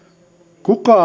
kuka